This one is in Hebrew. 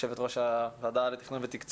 יושבת ראש הוועדה לתכנון ותקצוב,